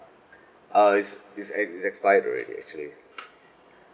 uh is is expired already actually